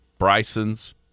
Brysons